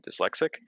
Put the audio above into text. dyslexic